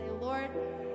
Lord